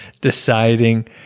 deciding